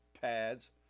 pads